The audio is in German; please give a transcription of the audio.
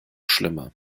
schlimmer